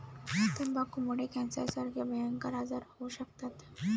तंबाखूमुळे कॅन्सरसारखे भयंकर आजार होऊ शकतात